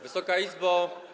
Wysoka Izbo!